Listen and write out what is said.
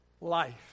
life